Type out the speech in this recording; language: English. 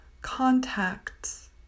Contacts